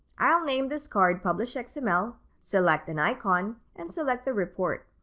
i'll name this card publish xml, select an icon, and select the report.